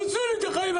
הרסו לי את החיים.